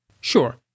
Sure